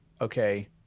okay